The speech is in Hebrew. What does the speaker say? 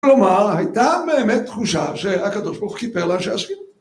כלומר הייתה באמת תחושה שהקדוש ברוך הוא כיפר על שעשינו